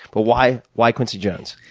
but why why quincy jones?